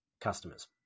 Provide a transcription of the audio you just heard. customers